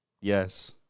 Yes